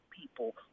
people